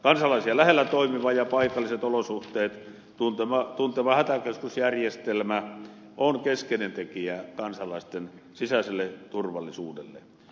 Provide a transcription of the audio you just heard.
kansalaisia lähellä toimiva ja paikalliset olosuhteet tunteva hätäkeskusjärjestelmä on keskeinen tekijä kansalaisten sisäiselle turvallisuudelle